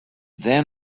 then